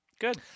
Good